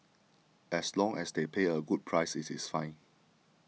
as long as they pay a good price it is fine